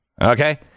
Okay